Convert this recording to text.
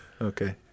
Okay